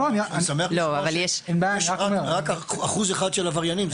אני שמח לשמוע שרק אחוז אחד עבריינים.